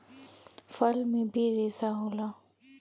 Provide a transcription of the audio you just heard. फल में भी रेसा होला